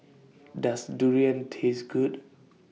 Does Durian Taste Good